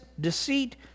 deceit